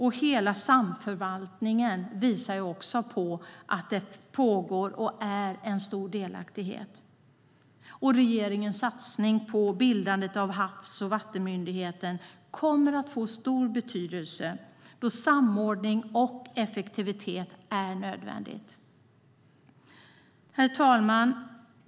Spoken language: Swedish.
Hela samförvaltningen visar på en stor delaktighet. Regeringens satsning på bildandet av Havs och vattenmyndigheten kommer att få stor betydelse då samordning och effektivitet är nödvändigt. Herr talman!